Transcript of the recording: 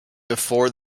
before